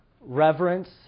reverence